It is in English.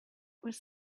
was